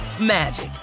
magic